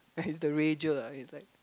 ya he's the rager ah he's like